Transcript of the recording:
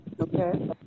Okay